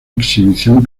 exhibición